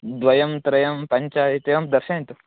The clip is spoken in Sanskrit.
द्वयं त्रयं पञ्च इत्येवं दर्शयन्तु